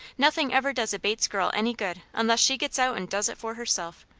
nothing ever does a bates girl any good, unless she gets out and does it for herself,